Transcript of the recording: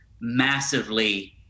massively